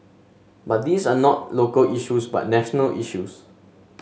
but these are not local issues but national issues